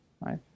right